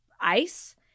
ice